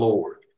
Lord